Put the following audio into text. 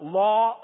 law